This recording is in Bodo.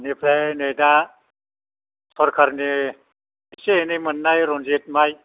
आनिफ्राय नै दा सरखारनि एसे एनै मोन्नाय रन्जित माइ